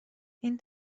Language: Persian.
این